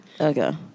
okay